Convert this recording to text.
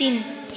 तिन